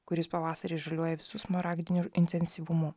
kuris pavasarį žaliuoja visu smaragdiniu intensyvumu